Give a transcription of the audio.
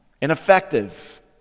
ineffective